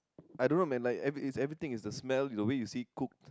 I don't know man like every it's everything it's the smell the way you see it cooked